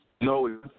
No